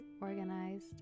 organized